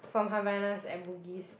from Havaianas at Bugis